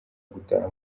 gutaha